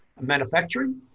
manufacturing